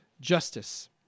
justice